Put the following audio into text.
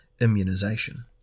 immunization